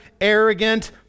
arrogant